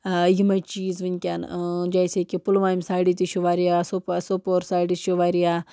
یِمَے چیٖز وٕنۍکٮ۪ن جیسے کہِ پُلوامہِ سایڈٕ تہِ چھُ واریاہ سُپہ سوپور سایڈٕ چھِ واریاہ